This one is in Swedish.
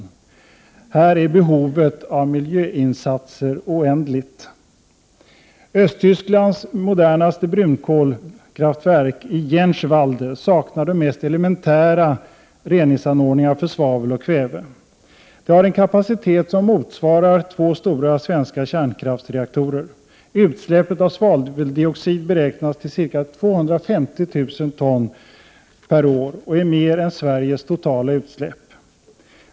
I de länderna är behovet av miljöinsatser oändligt. Östtysklands modernaste brunkolkraftverk i Jänschwalde saknar de mest elementära reningsanordningar för svavel och kväve. Det har en kapacitet som motsvarar två stora svenska kärnkraftsreaktorer. Utsläppen av svaveldioxid beräknas till ca 250 000 ton per år och är mer än Sveriges totala utsläpp.